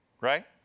right